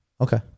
Okay